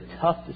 tough